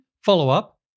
follow-up